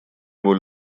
его